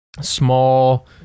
small